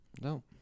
no